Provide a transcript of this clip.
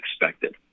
expected